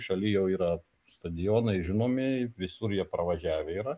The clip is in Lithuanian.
šaly jau yra stadionai žinomi visur jie pravažiavę yra